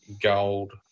gold